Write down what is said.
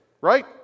right